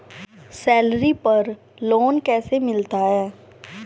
Salary पर loan कैसे मिलता है?